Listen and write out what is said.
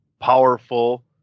powerful